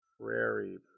prairie